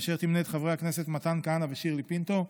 אשר תמנה את חברי הכנסת מתן כהנא ושירלי פינטו,